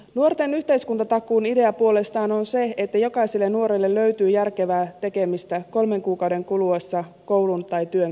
nuorten yhteiskuntatakuun idea puolestaan on se että jokaiselle nuorelle löytyy järkevää tekemistä kolmen kuukauden kuluessa koulun tai työn päätyttyä